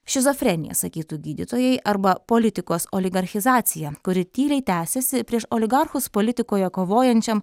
šizofrenija sakytų gydytojai arba politikos oligarchizacija kuri tyliai tęsiasi prieš oligarchus politikoje kovojančiam